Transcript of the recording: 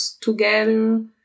together